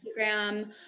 Instagram